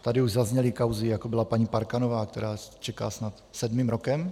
Tady už zazněly kauzy, jako byla paní Parkanová, která čeká snad sedmým rokem?